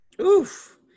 Oof